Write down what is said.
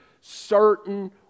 certain